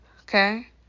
Okay